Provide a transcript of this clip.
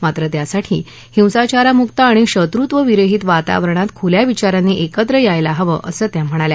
मात्र त्यासाठी हिंसाचारामुक्त आणि शत्रुत्वविरहित वातावरणात खुल्या विचारांनी एकत्र यायला हवं असं त्या म्हणाल्या